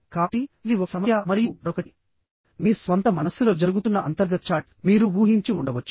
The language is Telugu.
కాబట్టి ఇది ఒక సమస్య మరియు మరొకటి మీ స్వంత మనస్సులో జరుగుతున్న అంతర్గత చాట్ మీరు ఊహించి ఉండవచ్చు